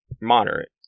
moderate